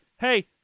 hey